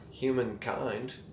Humankind